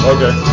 Okay